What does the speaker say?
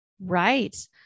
Right